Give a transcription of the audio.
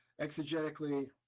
exegetically